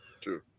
True